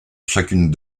chacune